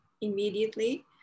immediately